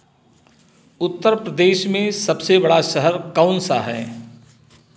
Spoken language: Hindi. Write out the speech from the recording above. उत्तरप्रदेश में सबसे बड़ा शहर कौनसा है